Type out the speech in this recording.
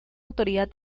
autoridad